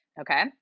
okay